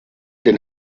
den